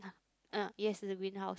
ah yes the green house